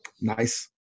nice